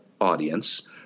audience